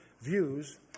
views